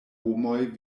homoj